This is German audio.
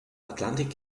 atlantik